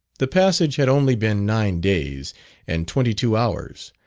the passage had only been nine days and twenty-two hours,